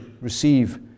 receive